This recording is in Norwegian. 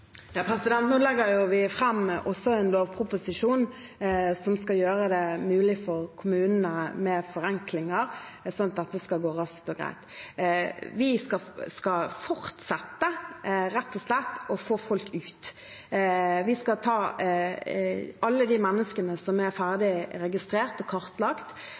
legger også fram en lovproposisjon som skal gjøre det mulig med forenklinger for kommunene, slik at dette skal gå raskt og greit. Vi skal rett og slett fortsette å få folk ut. Vi skal ta alle de menneskene som er ferdig registrert og kartlagt,